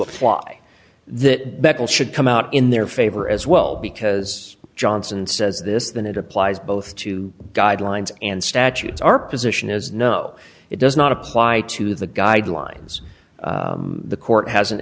apply that bekele should come out in their favor as well because johnson says this than it applies both to guidelines and statutes our position is no it does not apply to the guidelines the court hasn't